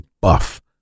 buff